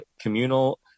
communal